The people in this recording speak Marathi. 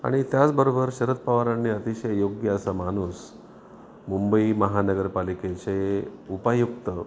आणि त्याचबरोबर शरद पवारांनी अतिशय योग्य असा माणूस मुंबई महानगरपालिकेचे उपायुक्त